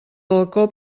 balcó